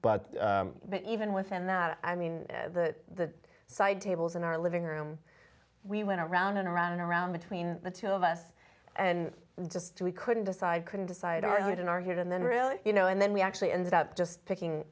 but even within that i mean the side tables in our living room we went around and around and around between the two of us and just we couldn't decide couldn't decide argued and argued and then really you know and then we actually ended up just picking